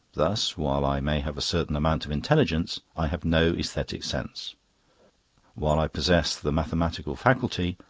thus, while i may have a certain amount of intelligence, i have no aesthetic sense while i possess the mathematical faculty,